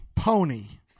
pony